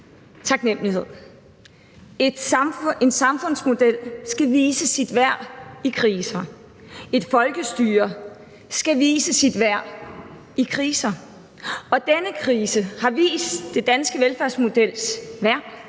taknemlighed. En samfundsmodel skal vise sit værd i kriser. Et folkestyre skal vise sit værd i kriser. Og denne krise har vist den danske velfærdsmodels værd,